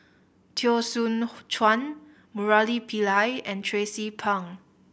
Teo Soon Chuan Murali Pillai and Tracie Pang